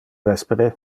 vespere